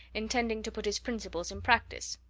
intending to put his principles in practice.